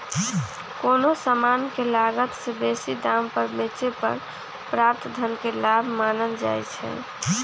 कोनो समान के लागत से बेशी दाम पर बेचे पर प्राप्त धन के लाभ मानल जाइ छइ